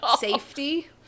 safety